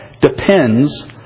depends